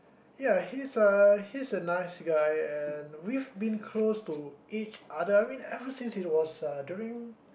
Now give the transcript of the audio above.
ya he's a he's a nice guy and we've been close to each other I mean ever since he was a during